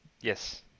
Yes